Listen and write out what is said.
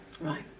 Right